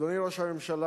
אדוני ראש הממשלה,